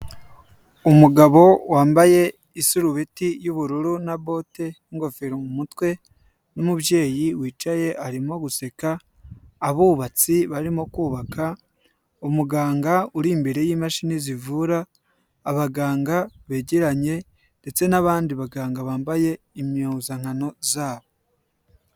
Umugabo wambaye isurubeti y'ubururu na bote, n'ingofero mu mutwe, n'umubyeyi wicaye arimo guseka, abubatsi barimo kubaka, umuganga uri imbere y'imashini zivura, abaganga begeranye ndetse n'abandi baganga bambaye impuzankano zabo.